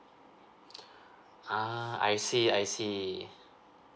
ah I see I see